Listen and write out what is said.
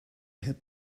had